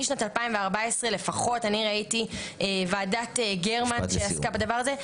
משנת 2014 לפחות אני ראיתי ועדת גרמן שעסקה בדבר הזה.